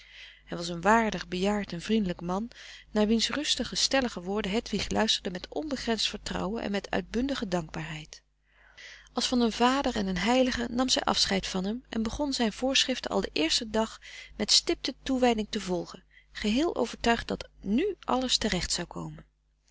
hij was een waardig bejaard en vriendelijk man naar wiens rustige stellige woorden hedwig luisterde met onbegrensd vertrouwen en met uitbundige dankbaarheid als van een vader en een heilige nam zij afscheid van hem en begon zijn voorschriften al den eersten dag frederik van eeden van de koele meren des doods met stipte toewijding te volgen geheel overtuigd dat nu alles terecht zou komen